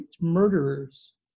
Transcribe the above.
murderers